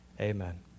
Amen